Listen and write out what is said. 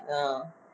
uh